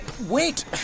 Wait